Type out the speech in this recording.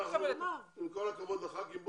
עם כל הכבוד לחברי הכנסת,